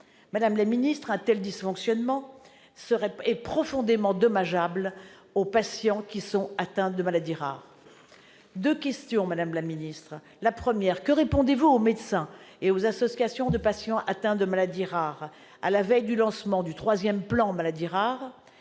de ces crédits. Un tel dysfonctionnement est profondément dommageable pour les patients atteints de maladies rares. Madame la ministre, que répondez-vous aux médecins et aux associations de patients atteints de maladies rares, à la veille du lancement du troisième plan Maladies rares ?